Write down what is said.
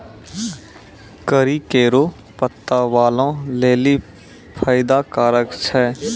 करी केरो पत्ता बालो लेलि फैदा कारक छै